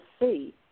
see